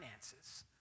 finances